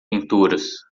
pinturas